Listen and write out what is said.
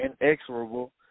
Inexorable